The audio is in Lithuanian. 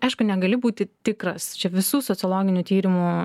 aišku negali būti tikras čia visų sociologinių tyrimų